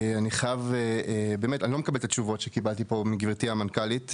אני באמת לא מקבל את התשובות שקיבלתי פה מגבירתי המנכ"לית,